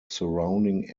surrounding